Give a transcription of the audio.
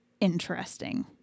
interesting